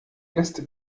lässt